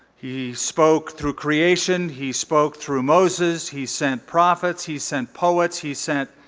he spoke through creation. he spoke through moses. he sent prophets. he sent poets. he sent